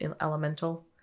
elemental